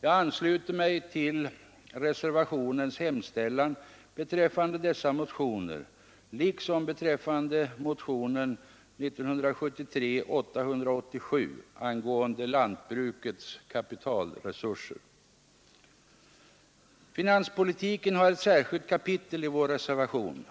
Jag ansluter mig till reservationens hemställan beträffande dessa motioner liksom beträffande motionen 1973:887 angående lantbrukets kapitalresurser. Finanspolitiken har ett särskilt kapitel i vår reservation.